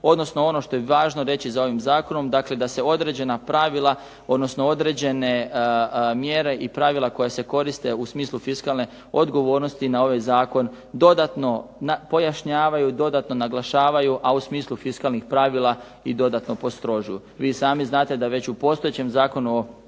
odnosno ono što je važno reći za ovim zakonom dakle da se određena pravila odnosno određene mjere i pravila koja se koriste u smislu fiskalne odgovornosti na ovaj zakon dodatno pojašnjavaju, dodatno naglašavaju, a u smislu fiskalnih pravila i dodatno postrožuju. Vi sami znate da već u postojećem Zakonu o